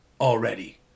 already